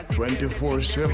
24-7